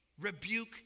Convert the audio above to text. Rebuke